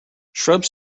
shrubs